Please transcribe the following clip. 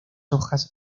hojas